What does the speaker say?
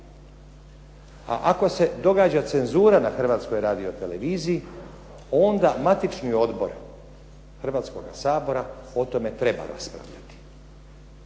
A ako se događa cenzura na Hrvatskoj radioteleviziji, onda matični odbor Hrvatskoga sabora o tome treba raspravljati.